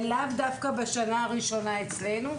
ולאו דווקא בשנה הראשונה אצלנו,